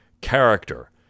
character